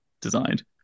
designed